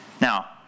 Now